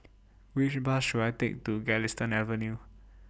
Which Bus should I Take to Galistan Avenue